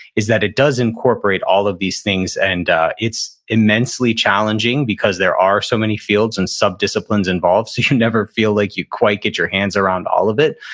is that it does incorporate all of these things. and it's immensely challenging because there are so many fields and subdisciplines involved, so you never feel like you quite get your hands around all of it,